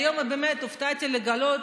היום באמת הופתעתי לגלות,